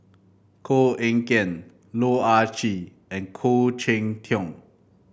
Koh Eng Kian Loh Ah Chee and Khoo Cheng Tiong